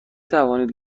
توانید